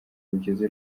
rugeze